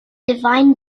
divine